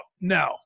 No